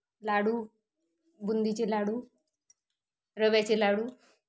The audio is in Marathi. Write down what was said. लाडू बुंदीचे लाडू रव्याचे लाडू